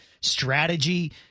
strategy